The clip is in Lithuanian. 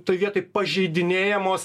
toj vietoj pažeidinėjamos